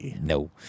No